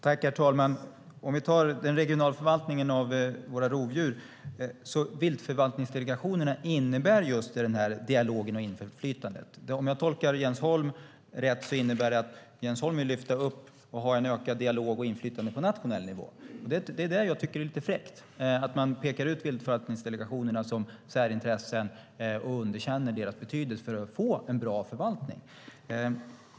Herr talman! När det gäller den regionala förvaltningen av våra rovdjur innebär viltförvaltningsdelegationerna just den här dialogen och inflytandet. Om jag tolkar Jens Holm rätt vill han lyfta upp detta och ha en ökad dialog och inflytande på nationell nivå. Jag tycker att det är lite fräckt att peka ut viltförvaltningsdelegationerna som särintressen och underkänner deras betydelse för att få en bra förvaltning.